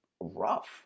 rough